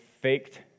faked